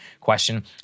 question